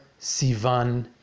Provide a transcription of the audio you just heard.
Sivan